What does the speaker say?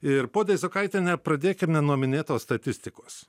ir ponie izokaitiene pradėkime nuo minėtos statistikos